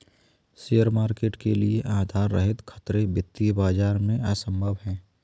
share market के लिये आधार रहित खतरे वित्तीय बाजार में असम्भव हैं